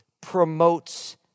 promotes